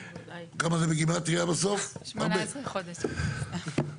האם זה גם חל על תוכניות התחדשות עירונית ששם הצפיפויות מאוד גבוהות,